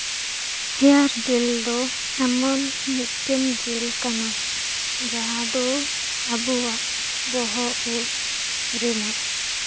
hair ᱡᱮᱞ ᱫᱚ ᱮᱢᱚᱱ ᱢᱤᱫᱴᱮᱱ ᱡᱮᱞ ᱠᱟᱱᱟ ᱡᱟᱦᱟᱸ ᱫᱚ ᱟᱵᱚᱣᱟᱜ ᱵᱚᱦᱚᱜ ᱩᱯ ᱨᱮᱱᱟᱜ